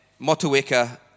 Motueka